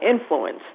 influence